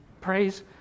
Praise